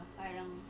parang